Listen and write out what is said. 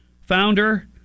founder